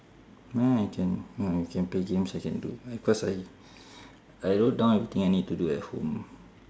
no I can I can play games I can do cause I I wrote down everything I need to do at home